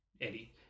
Eddie